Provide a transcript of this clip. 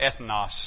ethnos